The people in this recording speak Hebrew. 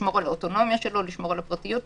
לשמור על האוטונומיה שלו ועל הפרטיות שלו.